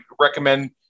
recommend